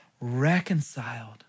reconciled